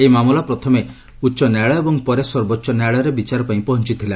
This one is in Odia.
ଏହି ମାମଲା ପ୍ରଥମେ ଉଚ୍ଚ ନ୍ୟାୟାଳୟ ଏବଂ ପରେ ସର୍ବୋଚ ନ୍ୟାୟାଳୟରେ ବିଚାର ପାଇଁ ପହଞିଥିଲା